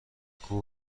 کوه